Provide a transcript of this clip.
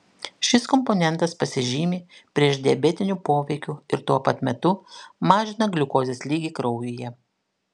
šis komponentas pasižymi priešdiabetiniu poveikiu ir tuo pat metu mažina gliukozės lygį kraujyje